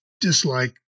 dislike